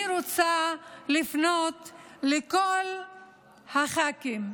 אני רוצה לפנות לכל הח"כים,